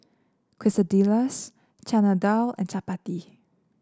Quesadillas Chana Dal and Chapati